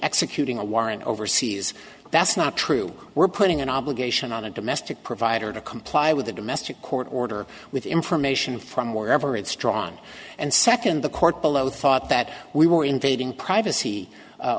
executing a warrant overseas that's not true we're putting an oblong nation on a domestic provider to comply with the domestic court order with information from wherever it's drawn and second the court below thought that we were invading privacy